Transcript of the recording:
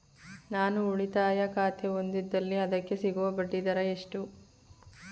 ನಾನು ಉಳಿತಾಯ ಖಾತೆ ಹೊಂದಿದ್ದಲ್ಲಿ ಅದಕ್ಕೆ ಸಿಗುವ ಬಡ್ಡಿ ದರ ಎಷ್ಟು?